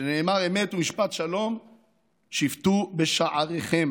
שנאמר: אמת משפט שלום שפטו בשעריכם.